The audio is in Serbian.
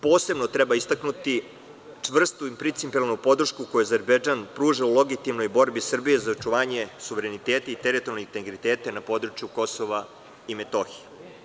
Posebno treba istaknuti čvrstu i principijelnu podršku koju Azerbejdžan pruža u legitimnoj borbi Srbije za očuvanje suvereniteta i teritorijalnog integriteta na području Kosova i Metohije.